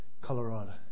Colorado